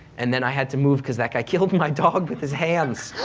and then i had to move because that guy killed my dog with his hands.